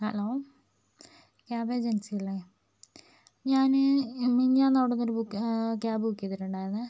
hello cab agency അല്ലേ ഞാൻ മിനിഞ്ഞാന്ന് അവിടെ നിന്ന് ഒരു ക്യാബ് ബുക്ക് ചെയ്തിട്ടുണ്ടായിരുന്നേ